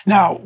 Now